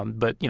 um but, you